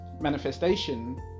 manifestation